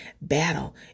battle